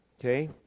okay